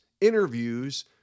interviews